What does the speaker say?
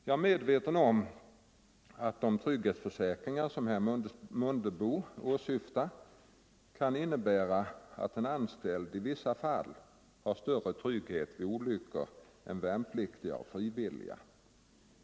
Jag är medveten om att de trygghetsförsäkringar som herr Mundebo åsyftar kan innebära att en anställd i vissa fall har en större trygghet vid olyckor än värnpliktiga och frivilliga.